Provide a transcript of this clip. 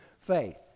faith